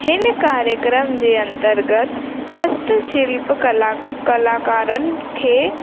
हिन कार्यक्रम जे अंतर्गत हस्त शिल्प कला कलाकारनि खे